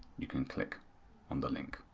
you can click on the link.